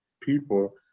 people